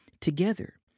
together